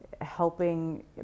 helping